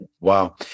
wow